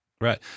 Right